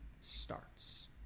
starts